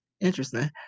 Interesting